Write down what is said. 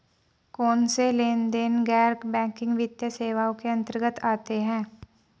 कौनसे लेनदेन गैर बैंकिंग वित्तीय सेवाओं के अंतर्गत आते हैं?